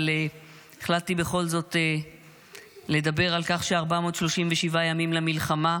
אבל החלטתי בכל זאת לדבר על כך ש-437 ימים למלחמה,